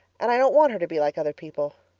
and i don't want her to be like other people.